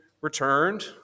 returned